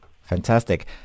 Fantastic